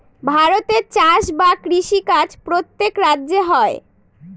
ভারতে চাষ বা কৃষি কাজ প্রত্যেক রাজ্যে হয়